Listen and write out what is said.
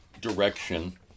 direction